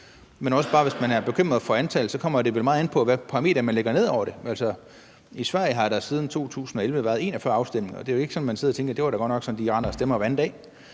en på. Men hvis man er bekymret for antallet, kommer det vel meget an på, hvilke parametre man lægger ned over det. Altså, i Sverige har der siden 2011 været 41 afstemninger, og det jo ikke sådan, at man sidder og tænker, at de render og stemmer hver anden dag.